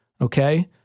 okay